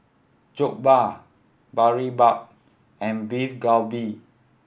Jokbal Boribap and Beef Galbi